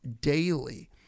daily